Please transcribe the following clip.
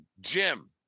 Jim